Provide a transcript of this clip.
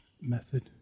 method